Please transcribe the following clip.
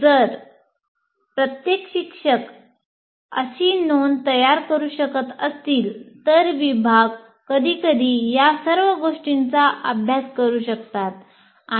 जर प्रत्येक शिक्षक अशी नोंद तयार करू शकत असतील तर विभाग कधीकधी या सर्व गोष्टींचा अभ्यास करू शकतात